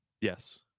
Yes